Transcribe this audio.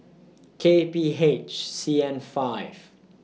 K P H C N five